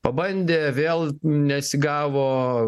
pabandė vėl nesigavo